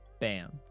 Bam